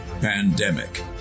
Pandemic